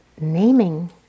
naming